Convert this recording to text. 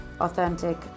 Authentic